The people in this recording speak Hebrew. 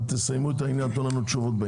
תסיימו גם את העניין ותנו לנו תשובות.